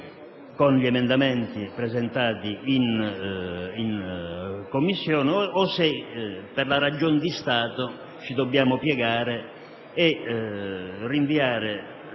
con gli emendamenti presentati nelle Commissioni riunite o se, per la ragion di Stato, ci dobbiamo piegare e licenziare